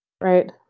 Right